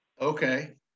Okay